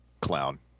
clown